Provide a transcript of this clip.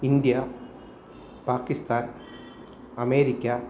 India Pakistan America